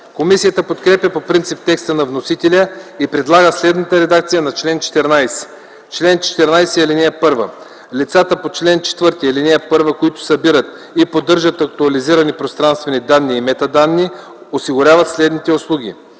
Комисията подкрепя по принцип текста на вносителя и предлага следната редакция на чл. 14: „Чл. 14. (1) Лицата по чл. 4, ал. 1, които събират и поддържат актуализирани пространствени данни и метаданни, осигуряват следните услуги: